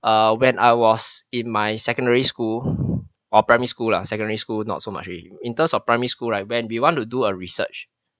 uh when I was in my secondary school or primary school lah secondary school not so much already in terms of primary school right when we want to do a research